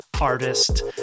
artist